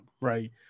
Right